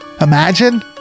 imagine